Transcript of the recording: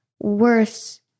worse